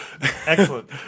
Excellent